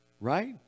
right